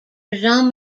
jean